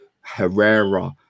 Herrera